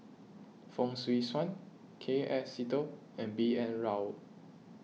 Fong Swee Suan K F Seetoh and B N Rao